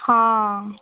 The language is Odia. ହଁ